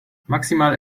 maximal